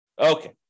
Okay